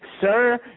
Sir